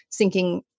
syncing